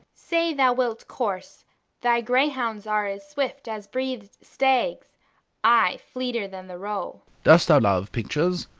say thou wilt course thy greyhounds are as swift as breathed stags ay, fleeter than the roe dost thou love pictures?